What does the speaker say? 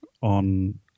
on